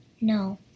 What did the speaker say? no